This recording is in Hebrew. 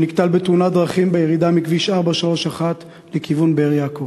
שנקטל בתאונת דרכים בירידה מכביש 431 לכיוון באר-יעקב.